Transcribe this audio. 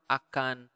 akan